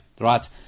right